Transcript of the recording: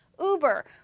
Uber